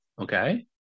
Okay